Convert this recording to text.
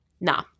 Nah